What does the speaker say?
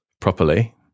properly